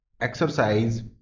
exercise